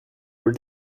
were